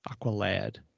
Aqualad